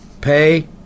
pay